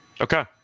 Okay